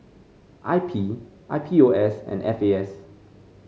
I P I P O S and F A S